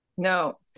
No